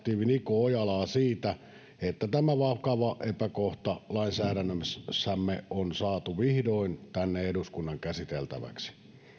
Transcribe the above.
nico ojalaa siitä että tämä vakava epäkohta lainsäädännössämme on saatu vihdoin tänne eduskunnan käsiteltäväksi